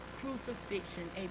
crucifixion